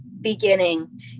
beginning